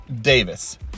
Davis